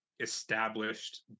established